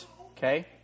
Okay